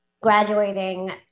graduating